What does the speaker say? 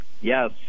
yes